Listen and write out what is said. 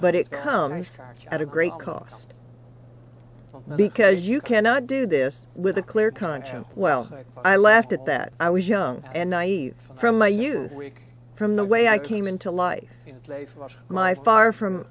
but it comes at a great cost because you cannot do this with a clear conscience well i laughed at that i was young and naive from my youth week from the way i came into life play for my far from